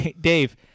Dave